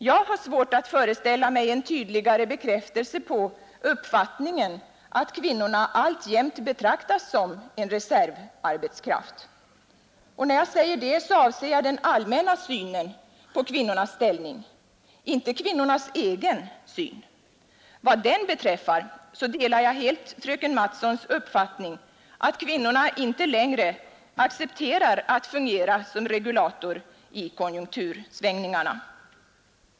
Jag har svårt att föreställa mig en tydligare bekräftelse på uppfattningen att kvinnorna alltjämt betraktas som en reservarbetskraft. När jag säger det avser jag den allmänna synen på kvinnornas ställning, inte kvinnornas egen syn. Vad den beträffar delar jag helt fröken Mattsons uppfattning att kvinnorna inte längre accepterar att fungera som regulator i konjunktursvängningarna.